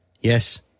yes